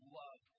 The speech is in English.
love